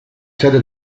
sede